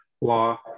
law